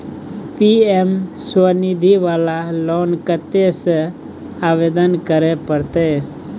PM Svanidhi वाला loan कत्ते से आवेदन करे परतै?